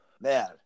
Man